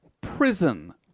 prison